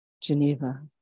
Geneva